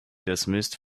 dismissed